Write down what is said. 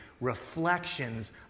reflections